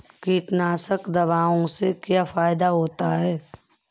कीटनाशक दवाओं से क्या फायदा होता है?